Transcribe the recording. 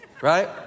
right